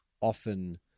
often